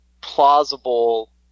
plausible